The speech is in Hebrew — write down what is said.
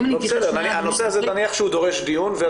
אם אני אתייחס שנייה --- בסדר,